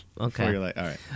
okay